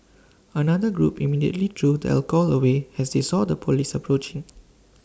another group immediately threw the alcohol away as they saw the Police approaching